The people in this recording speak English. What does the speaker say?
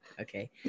Okay